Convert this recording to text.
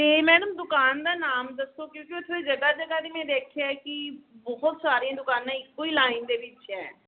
ਅਤੇ ਮੈਡਮ ਦੁਕਾਨ ਦਾ ਨਾਮ ਦੱਸੋ ਕਿਉਂਕਿ ਉੱਥੇ ਜਗ੍ਹਾ ਜਗ੍ਹਾ 'ਤੇ ਮੈਂ ਦੇਖਿਆ ਕਿ ਬਹੁਤ ਸਾਰੀਆਂ ਦੁਕਾਨਾਂ ਇੱਕੋ ਹੀ ਲਾਈਨ ਦੇ ਵਿੱਚ ਹੈ